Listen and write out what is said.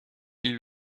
ils